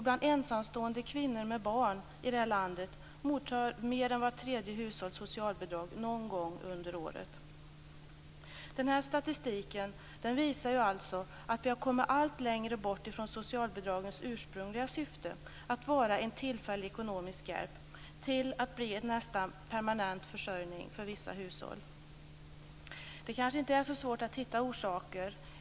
Bland ensamstående kvinnor med barn i det här landet mottar mer än vart tredje hushåll socialbidrag någon gång under året. Den här statistiken visar alltså att vi har kommit allt längre bort från socialbidragens ursprungliga syfte, att vara en tillfällig ekonomisk hjälp. De har i stället blivit nästan permanent försörjning för vissa hushåll. Det kanske inte är så svårt att hitta orsaker.